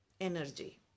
energy